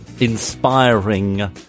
Inspiring